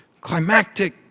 climactic